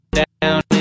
down